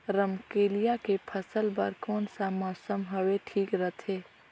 रमकेलिया के फसल बार कोन सा मौसम हवे ठीक रथे?